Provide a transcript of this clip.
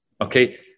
okay